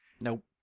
Nope